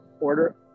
order